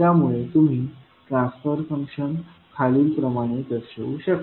त्यामुळे तुम्ही transfer function खालील प्रमाणे दर्शवू शकता